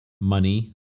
money